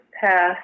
passed